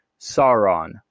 Sauron